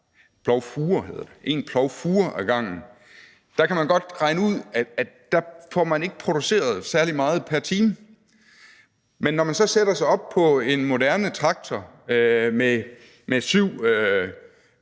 pløjede marken en plovfure ad gangen, kan man da godt regne ud, at der får man ikke produceret særlig meget pr. time. Men når man så bagefter sætter sig op på en moderne traktor med syv